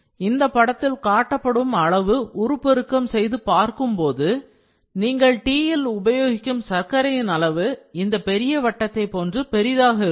இதை படத்தில் காட்டப்படும் அளவு உருப்பெருக்கம் செய்து பார்க்கும்போது நீங்கள் டீயில் உபயோகிக்கும் சர்க்கரையின் அளவு இந்தப் பெரிய வட்டத்தை போன்று பெரியதாக இருக்கும்